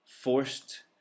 forced